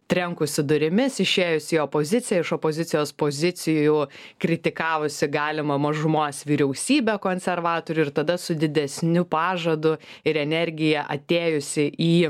trenkusi durimis išėjus į opoziciją iš opozicijos pozicijų kritikavusi galimą mažumos vyriausybę konservatorių ir tada su didesniu pažadu ir energija atėjusi į